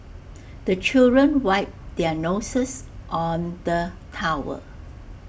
the children wipe their noses on the towel